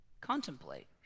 contemplate